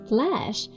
Flash